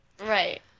Right